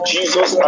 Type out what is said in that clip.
Jesus